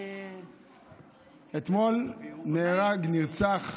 אתמול נהרג, נרצח,